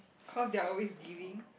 cause they are always giving